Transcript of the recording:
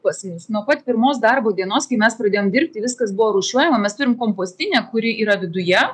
pas mus nuo pat pirmos darbo dienos kai mes pradėjom dirbti viskas buvo rūšiuojama mes turime kompostinę kuri yra viduje